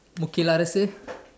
okay lah let's see